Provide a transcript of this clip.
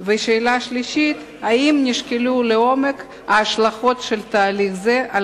3. האם נשקלו לעומק ההשלכות של תהליך זה על